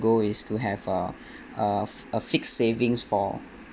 goal is to have a uh a fi~ a fixed savings for